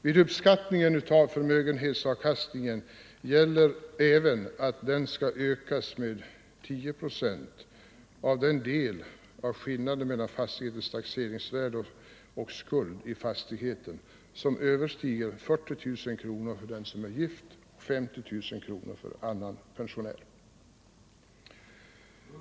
Vid uppskattningen av förmögenhetsavkastningen gäller även att den skall ökas med 10 procent av den del av skillnaden mellan fastighetens taxeringsvärde och skuld på fastigheten som överstiger 40 000 kronor för gift och 50 000 kronor för annan pensionär.